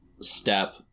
step